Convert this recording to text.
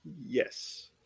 Yes